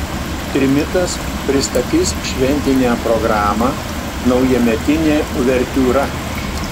trimitas pristatys šventinę programą naujametinė uvertiūra